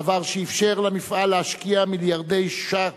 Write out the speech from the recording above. דבר שאפשר למפעל להשקיע מיליארדי ש"ח